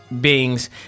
beings